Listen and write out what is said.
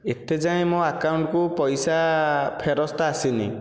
ଏତେ ଯାଏ ମୋ ଆକାଉଣ୍ଟ୍କୁ ପଇସା ଫେରସ୍ତ ଆସିନି